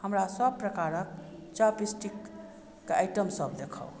हमरा सभ प्रकारके चॉपस्टीक के आइटमसब देखाउ